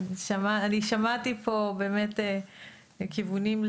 שמעתי פה כיוונים,